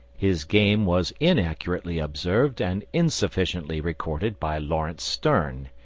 his game was inaccurately observed and insufficiently recorded by laurence sterne.